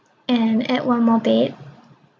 and add one more bed